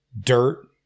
dirt